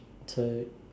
so